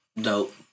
Dope